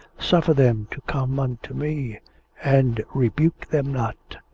suffer them to come unto me and rebuke them not,